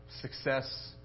success